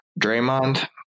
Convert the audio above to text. Draymond